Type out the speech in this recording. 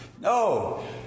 no